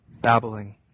babbling